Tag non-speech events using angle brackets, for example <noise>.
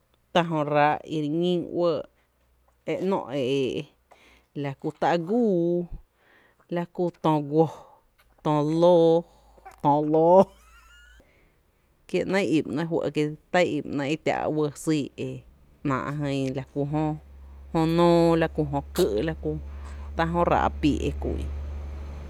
Tá’ jö ráá’ i re ñín uɇɇ, ‘nó’ e éé’, la kú tá’ gúuú, la kú tö guo, tö lǿǿ, tö lǿǿ <noise> kie’ ‘néé’ i i ba ‘néé’ fɇ’ kí ‘néé’ i i ba ‘néé’ i tⱥ’ u lɇɇ, sýý, e ‘náá’ e la kú jö nóó la kú jö kÿ’ la kú tá’ jö ráá’ píí’ e ku’n.